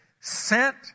sent